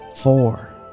Four